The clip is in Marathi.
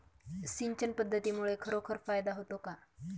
सिंचन पद्धतीमुळे खरोखर फायदा होतो का?